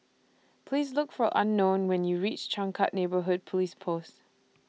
Please Look For Unknown when YOU REACH Changkat Neighbourhood Police Post